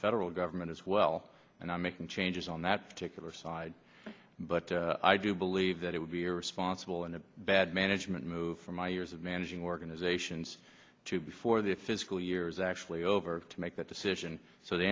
federal government as well and i'm making changes on that particular side but i do believe that it would be irresponsible and a bad management move from my years of managing organizations to be for the fiscal years actually over to make that decision so the